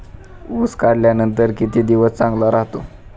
ऊस काढल्यानंतर किती दिवस चांगला राहतो?